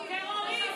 טרוריסט,